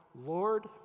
Lord